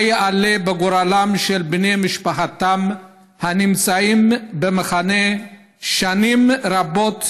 מה יעלה בגורלם של בני משפחתם הנמצאים במחנה שנים רבות,